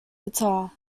guitar